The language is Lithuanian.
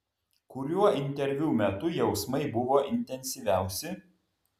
kuriuo interviu metu jausmai buvo intensyviausi